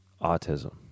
autism